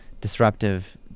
disruptive